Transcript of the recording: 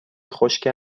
خشک